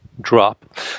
drop